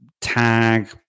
tag